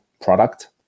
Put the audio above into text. product